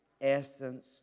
essence